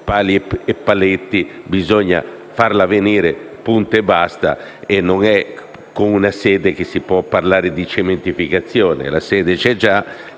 pali e paletti, bisogna farla venire punto e basta. Non è per una sede che si può parlare di cementificazioni. La sede c'è già